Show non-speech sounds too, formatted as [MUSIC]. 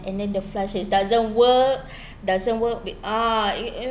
and then the flush is doesn't work [BREATH] doesn't work at all i~ imagine